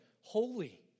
Holy